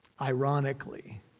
Ironically